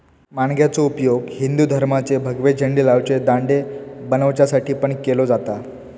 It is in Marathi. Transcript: माणग्याचो उपयोग हिंदू धर्माचे भगवे झेंडे लावचे दांडे बनवच्यासाठी पण केलो जाता